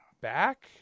back